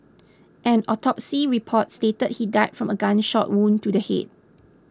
an autopsy report stated he died from a gunshot wound to the head